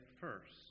first